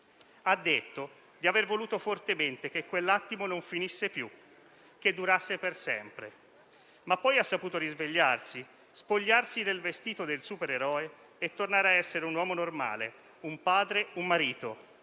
Ha detto di aver voluto fortemente che quell'attimo non finisse più, che durasse per sempre; ma poi ha saputo risvegliarsi, spogliarsi del vestito del supereroe e tornare a essere un uomo normale, un padre, un marito,